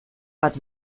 bat